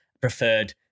preferred